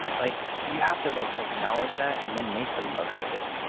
like you have to like acknowledge that and then make the most of it.